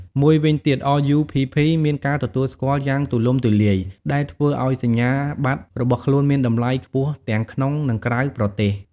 មួយវិញទៀតRUPPមានការទទួលស្គាល់យ៉ាងទូលំទូលាយ ដែលធ្វើឱ្យសញ្ញាបត្ររបស់ខ្លួនមានតម្លៃខ្ពស់ទាំងក្នុង និងក្រៅប្រទេស។